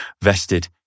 vested